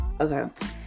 Okay